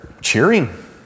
cheering